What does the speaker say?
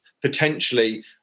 Potentially